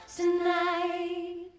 tonight